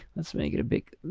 let's make it a big,